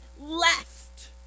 left